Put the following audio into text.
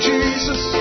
Jesus